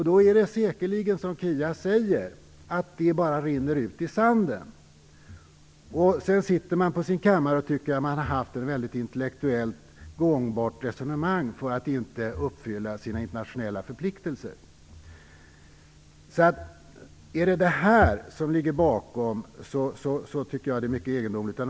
Det är säkerligen så som Kia Andreasson säger, att det bara rinner ut i sanden, även om man på sin kammare tycker att man har fört ett intellektuellt mycket gångbart resonemang för att inte uppfylla sina internationella förpliktelser. Om det är detta som ligger bakom, tycker jag att det är mycket egendomligt.